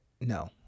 no